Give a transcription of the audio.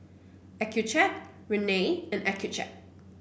Accucheck Rene and Accucheck